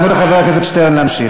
תנו לחבר הכנסת שטרן להמשיך.